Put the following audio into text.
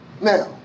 Now